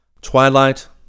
Twilight